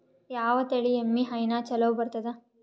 ಯಾವ ತಳಿ ಎಮ್ಮಿ ಹೈನ ಚಲೋ ಬರ್ತದ?